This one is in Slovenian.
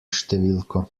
številko